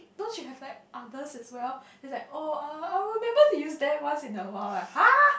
don't you have like others as well then she's like oh uh I will remember to use them once in a while lah !huh!